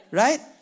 right